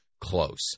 close